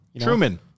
Truman